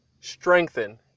strengthen